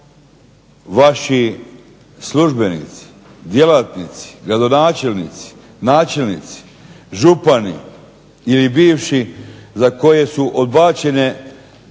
vaši službenici, djelatnici, gradonačelnici, načelnici, župani ili bivši za koje su odbačene pod